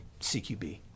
CQB